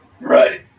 Right